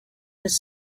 his